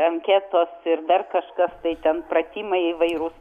anketos ir dar kažkas tai ten pratimai įvairūs